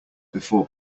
before